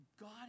God